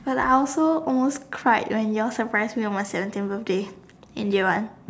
but I also almost cried when you all surprised me on whatsapp the same birthday in year one